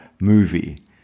movie